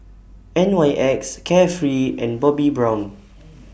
N Y X Carefree and Bobbi Brown